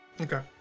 Okay